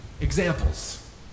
Examples